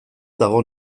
dago